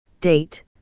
Date